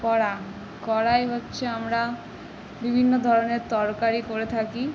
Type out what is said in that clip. কড়া কড়াই হচ্ছে আমরা বিভিন্ন ধরনের তরকারি করে থাকি